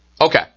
Okay